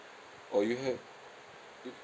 or you have it~